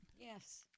Yes